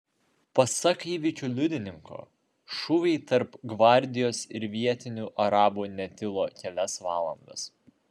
pasak įvykių liudininko šūviai tarp gvardijos ir vietinių arabų netilo kelias valandas